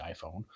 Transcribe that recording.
iPhone